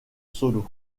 solo